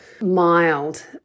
mild